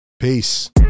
Peace